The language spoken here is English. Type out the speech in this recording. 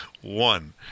one